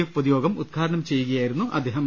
F പൊതുയോഗം ഉത്ഘാടനം ചെയ്യുകയായിരുന്നു അദ്ദേ ഹം